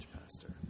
pastor